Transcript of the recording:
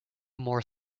more